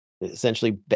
essentially